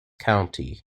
county